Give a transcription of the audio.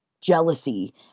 jealousy